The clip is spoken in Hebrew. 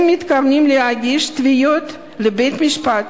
הם מתכוונים להגיש תביעות לבית-משפט